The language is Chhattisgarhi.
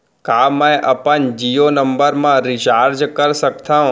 का मैं अपन जीयो नंबर म रिचार्ज कर सकथव?